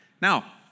Now